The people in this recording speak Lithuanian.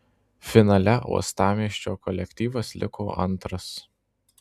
finale uostamiesčio kolektyvas liko antras